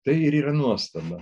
tai ir yra nuostaba